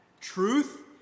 truth